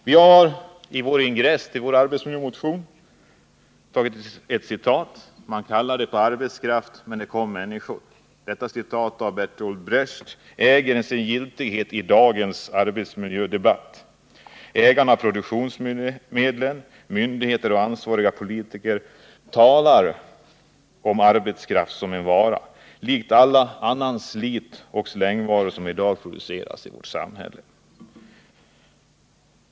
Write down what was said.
Vi har som ingress till vår motion 792 om arbetsmiljö ett citat: ”Man kallade på arbetskraft, men det kom människor.” Detta citat av Bertolt Brecht äger sin giltighet i dagens debatt. Ägarna av produktionsmedlen, myndigheter och ansvariga politiker talar om arbetskraft som en vara lik alla andra slit-och-släng-varor som i dag produceras i vårt samhälle.